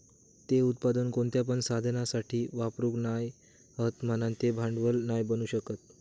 ते उत्पादन कोणत्या पण साधनासाठी वापरूक नाय हत म्हणान ते भांडवल नाय बनू शकत